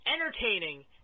entertaining